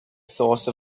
source